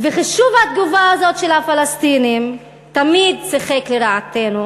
חישוב התגובה של הפלסטינים תמיד שיחק לרעתנו,